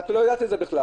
ואת לא יודעת את זה בכלל.